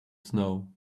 snow